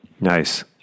nice